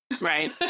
Right